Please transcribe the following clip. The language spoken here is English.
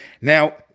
Now